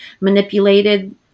manipulated